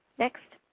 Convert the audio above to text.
next.